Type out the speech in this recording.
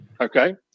okay